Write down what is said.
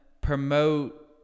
promote